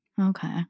Okay